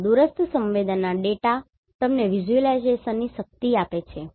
ઉપરાંત દૂરસ્થ સંવેદનાડેટા તમને વિઝ્યુલાઇઝેશનની શક્તિ આપે છે